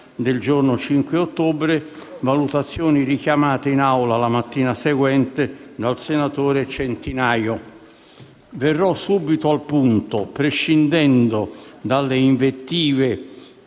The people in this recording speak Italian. del giorno 5 ottobre. Tali valutazioni sono state richiamate in Aula la mattina seguente dal senatore Centinaio. Verrò subito al punto, prescindendo dalle invettive